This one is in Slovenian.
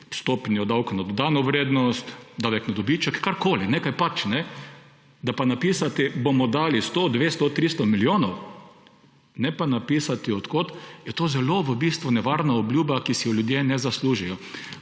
stopnjo davka na dodano vrednost, davek na dobiček, kakorkoli, nekaj pač. Napisati – bomo dali 100, 200, 300 milijonov; ne pa napisati, od kod, je to v bistvu nevarna obljuba, ki si je ljudje ne zaslužijo.